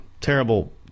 terrible